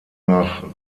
nach